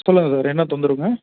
சொல்லுங்க சார் என்ன தொந்தரவுங்க